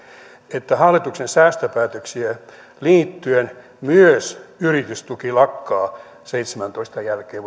että hallituksen säästöpäätöksiin liittyen myös yritystuki lakkaa vuoden seitsemäntoista jälkeen